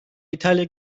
i̇talya